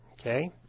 okay